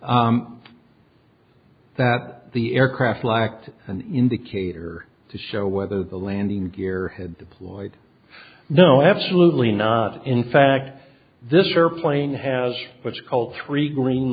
that the aircraft lacked an indicator to show whether the landing gear had deployed no absolutely not in fact this airplane has what's called three green